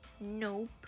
nope